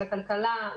לכלכלה,